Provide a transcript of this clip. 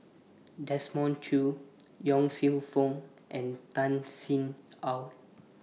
Desmond Choo Yong Lew Foong and Tan Sin Aun